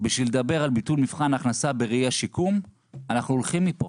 בשביל לבטל על ביטול מבחן ההכנסה בראי השיקום אנחנו הולכים מפה.